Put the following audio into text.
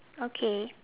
okay